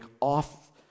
off